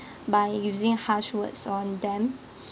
by using harsh words on them